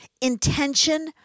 intention